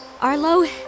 Arlo